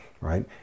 right